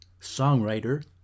songwriter